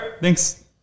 Thanks